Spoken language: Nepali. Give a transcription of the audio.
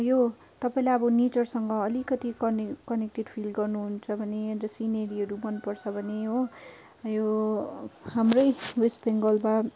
यो तपाईँलाई अब नेचरसँग अलिकति कनेक कनेक्टेड फिल गर्नुहुन्छ भने सिनेयरीहरू मन पर्छ भने हो यो हाम्रै वेस्ट बेङ्गलमा